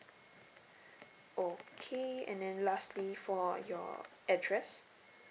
okay and then lastly for your address